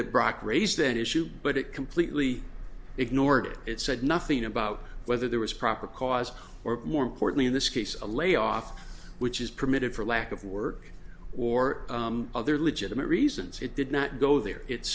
that brock raised that issue but it completely ignored it said nothing about whether there was proper cause or more importantly in this case a layoff which is permitted for lack of work or other legitimate reasons it did not go there it's